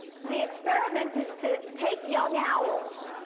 the experiment is to take the young owls